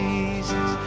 Jesus